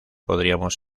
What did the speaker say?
podríamos